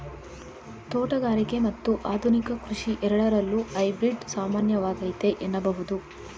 ತೋಟಗಾರಿಕೆ ಮತ್ತು ಆಧುನಿಕ ಕೃಷಿ ಎರಡರಲ್ಲೂ ಹೈಬ್ರಿಡ್ ಸಾಮಾನ್ಯವಾಗೈತೆ ಎನ್ನಬಹುದು